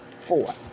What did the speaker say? four